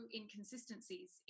inconsistencies